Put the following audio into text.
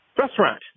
restaurant